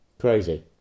Crazy